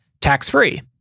tax-free